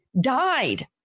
died